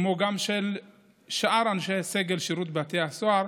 כמו גם של שאר אנשי סגל שירות בתי הסוהר,